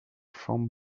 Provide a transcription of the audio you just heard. from